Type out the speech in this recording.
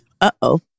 Uh-oh